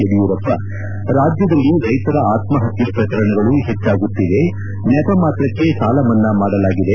ಯಡಿಯೂರಪ್ಪ ರಾಜ್ಯದಲ್ಲಿ ರೈತರ ಆತ್ಮಹತ್ಯ ಪ್ರಕರಣಗಳು ಹೆಚ್ಚಾಗುತ್ತಿವೆ ನೆಪಮಾತ್ರಕ್ಕೆ ಸಾಲಮನ್ನಾ ಮಾಡಲಾಗಿದೆ